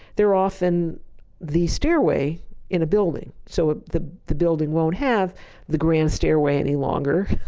they're often the stairway in a building. so ah the the building won't have the grand stairway any longer.